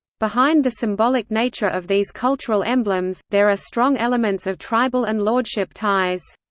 behind the symbolic nature of these cultural emblems, there are strong elements of tribal and lordship ties.